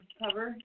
cover